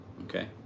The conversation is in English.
okay